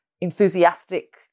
enthusiastic